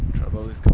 trouble is